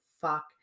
fuck